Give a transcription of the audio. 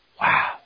Wow